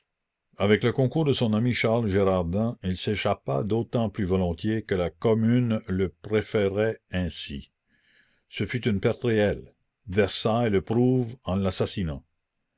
avec le concours de son ami charles gérardin il s'échappa d'autant plus volontiers que la commune le préférait ainsi la commune ce fut une perte réelle versailles le prouve en l'assassinant